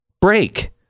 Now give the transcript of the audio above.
break